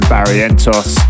Barrientos